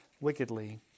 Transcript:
wickedly